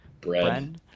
bread